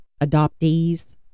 adoptees